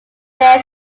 then